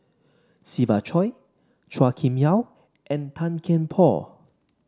Siva Choy Chua Kim Yeow and Tan Kian Por